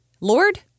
Lord